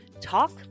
talk